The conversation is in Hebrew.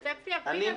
התפוצץ לי הווריד הבוקר.